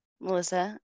Melissa